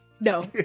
No